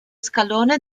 scalone